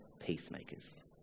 peacemakers